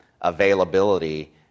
availability